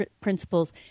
principles